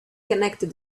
connected